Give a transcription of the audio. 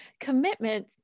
commitment